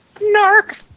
Nark